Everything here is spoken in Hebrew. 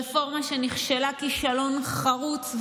רפורמה שנכשלה כישלון חרוץ,